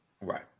Right